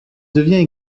devient